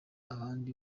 abandi